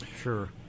Sure